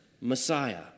Messiah